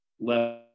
left